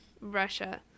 Russia